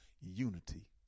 unity